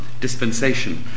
dispensation